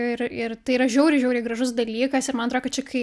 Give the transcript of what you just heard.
ir ir tai yra žiauriai žiauriai gražus dalykas ir man atro kad čia kai